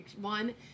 one